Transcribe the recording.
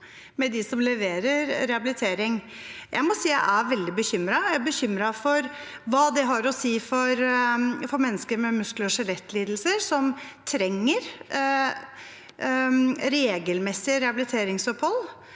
med dem som leverer rehabilitering. Jeg må si jeg er veldig bekymret. Jeg er bekymret for hva det har å si for mennesker med muskel- og skjelettlidelser, som trenger regelmessige rehabiliteringsopphold.